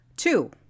Two